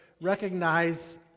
recognize